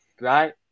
right